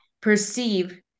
perceive